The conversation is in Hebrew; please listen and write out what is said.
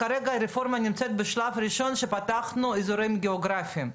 כרגע הרפורמה נמצאת בשלב ראשון שפתחנו אזורים גיאוגרפיים,